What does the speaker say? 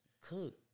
Cook